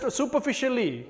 superficially